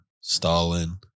Stalin